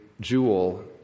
jewel